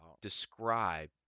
describe